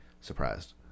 surprised